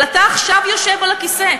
אבל אתה יושב על הכיסא.